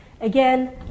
Again